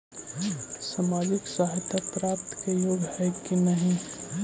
सामाजिक सहायता प्राप्त के योग्य हई कि नहीं?